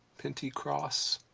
pentycross,